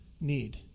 need